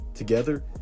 Together